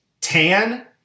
tan